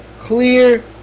clear